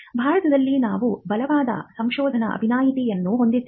ಭಾರತದಲ್ಲಿ ನಾವು ಬಲವಾದ ಸಂಶೋಧನಾ ವಿನಾಯಿತಿಯನ್ನು ಹೊಂದಿದ್ದೇವೆ